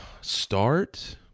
Start